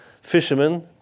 fishermen